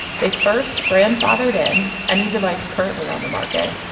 they first grandfathered in any device currently on the market.